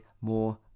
more